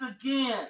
again